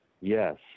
Yes